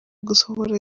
gusohora